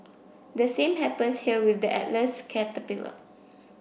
the same happens here with the Atlas caterpillar